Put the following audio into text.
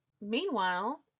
Meanwhile